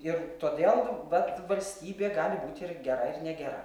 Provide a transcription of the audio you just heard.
ir todėl vat valstybė gali būti ir gera ir negera